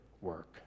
work